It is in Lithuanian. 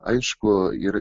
aišku ir